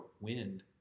wind